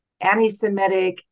anti-Semitic